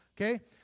okay